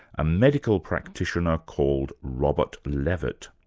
a medical practitioner called robert levitt.